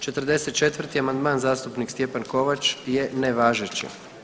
44. amandman zastupnik Stjepan Kovač je nevažeći.